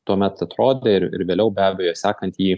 tuomet atrodė ir ir vėliau be abejo sekant jį